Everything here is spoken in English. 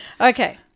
Okay